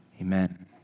Amen